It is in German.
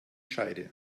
scheide